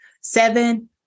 Seven